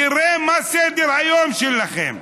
תראה מה סדר-היום שלכם.